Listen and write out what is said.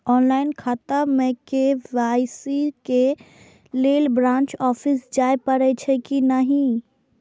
Online खाता में KYC के लेल ब्रांच ऑफिस जाय परेछै कि नहिं?